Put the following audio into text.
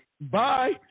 bye